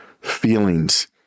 feelings